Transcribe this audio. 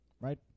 Right